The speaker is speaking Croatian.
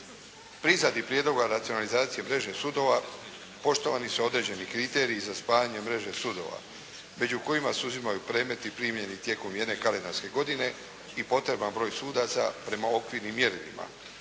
Pri izradi prijedloga o racionalizaciji mreže sudova, poštovani su određeni kriteriji za spajanje mreže sudova među kojima se uzimaju predmeti primljeni tijekom jedne kalendarske godine i potreban broj sudaca prema okvirnim mjerilima,